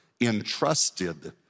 entrusted